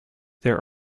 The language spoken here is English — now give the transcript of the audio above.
there